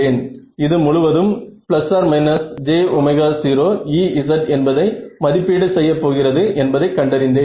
இது முழுவதும் j0Ez என்பதை மதிப்பீடு செய்ய போகிறது என்பதை கண்டறிந்தேன்